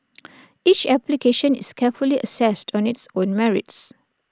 each application is carefully assessed on its own merits